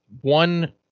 One